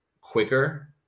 quicker